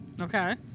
Okay